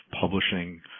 publishing